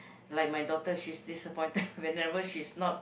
like my daughter she's disappointed whenever she's not